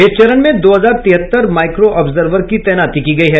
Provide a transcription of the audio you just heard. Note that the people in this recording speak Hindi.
इस चरण में दो हजार तिहत्तर माइक्रो ऑब्जर्वर की तैनाती की गयी है